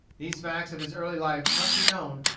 these facts of his early life must be known,